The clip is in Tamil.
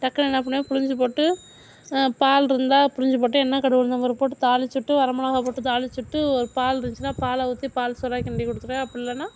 டக்குனு என்ன பண்ணுவேன் பிழிஞ்சி போட்டு பால் இருந்தால் பிழிஞ்சி போட்டு எண்ணெய் கடுகு உளுத்தம்பருப்பு போட்டு தாளித்துட்டு வரமிளகா போட்டு தாளித்துட்டு பால் இருந்துச்சுன்னால் பாலை ஊற்றி பால் சோறாக கிண்டி கொடுத்துருவேன் அப்படி இல்லைன்னா